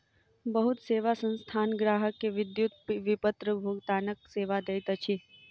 बहुत सेवा संस्थान ग्राहक के विद्युत विपत्र भुगतानक सेवा दैत अछि